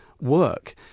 work